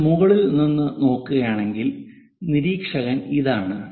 നമ്മൾ മുകളിൽ നിന്ന് നോക്കുകയാണെങ്കിൽ നിരീക്ഷകൻ ഇതാണ്